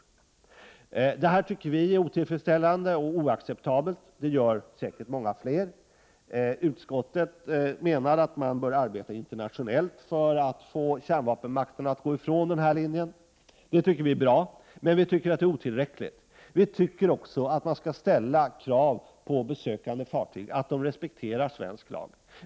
Detta förhållande tycker vi och säkerligen många fler med oss är otillfredsställande och oacceptabelt. Utskottet menar att man bör arbeta mera internationellt för att få kärnvapenmakterna att gå ifrån denna linje. Vi tycker att det är bra, men finner det otillräckligt. Vi menar att man också skall ställa krav på besökande fartyg att respektera svensk lag.